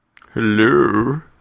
Hello